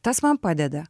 tas man padeda